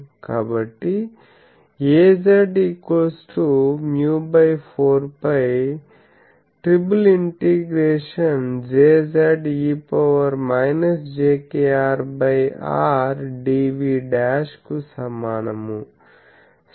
కాబట్టి Az μ4π ∭Jz e jkr r dv'కు సమానము